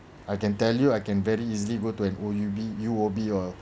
I can tell you I can very easily go to an O_U_B_U_O_B or